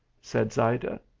said zayda.